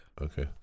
okay